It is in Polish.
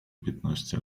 piętnaście